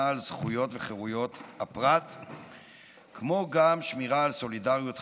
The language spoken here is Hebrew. על זכויות וחירויות הפרט כמו גם שמירה של סולידריות חברתית,